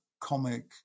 comic